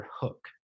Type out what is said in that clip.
hook